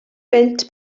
bunt